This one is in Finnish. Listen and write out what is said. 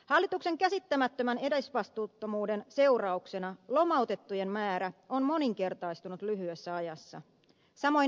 hallituksen käsittämättömän edesvastuuttomuuden seurauksena lomautettujen määrä on moninkertaistunut lyhyessä ajassa samoin irtisanottujen